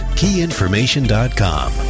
keyinformation.com